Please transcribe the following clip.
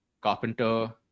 carpenter